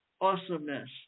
awesomeness